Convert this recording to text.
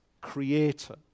creator